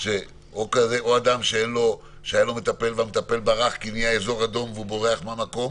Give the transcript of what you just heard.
של אדם שהיה לו מטפל והמטפל ברח כי נהיה אזור אדום והוא בורח מהמקום,